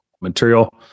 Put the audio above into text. material